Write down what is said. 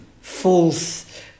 false